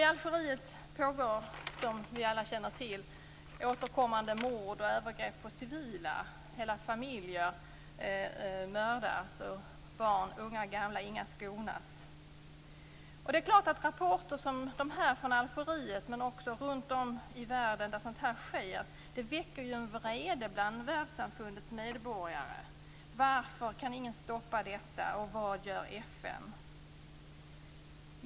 I Algeriet sker, som vi alla känner till, återkommande mord och övergrepp på civila. Hela familjer mördas. Barn, unga och gamla - inga skonas. Det är klart att rapporter som dessa från Algeriet och andra ställen runt om i världen där sådant sker väcker en vrede bland världssamfundets medborgare. Varför kan ingen stoppa detta? Vad gör FN?